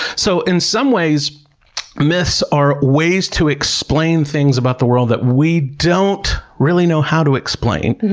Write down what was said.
so, in some ways myths are ways to explain things about the world that we don't really know how to explain,